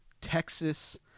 Texas